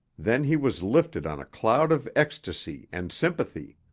then he was lifted on a cloud of ecstasy and sympathy.